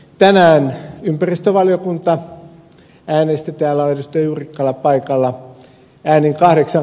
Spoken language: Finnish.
tänään ympäristövaliokunta äänesti täällä on ed